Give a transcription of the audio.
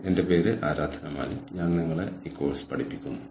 ഈ പ്രത്യേക പ്രഭാഷണത്തിനായി ഞാൻ നിരവധി ഗവേഷണ പ്രബന്ധങ്ങൾ പരാമർശിച്ചിട്ടുണ്ട്